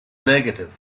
negative